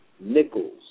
Nichols